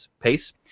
pace